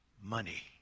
money